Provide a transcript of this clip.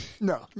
No